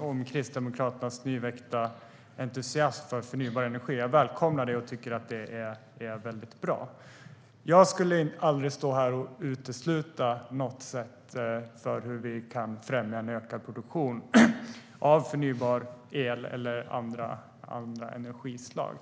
om Kristdemokraternas nyväckta entusiasm för förnybar energi. Jag välkomnar det och tycker att det är väldigt bra. Jag skulle aldrig stå här och utesluta något sätt att främja en ökad produktion av förnybar el eller andra energislag.